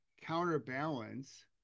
counterbalance